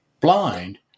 blind